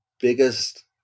biggest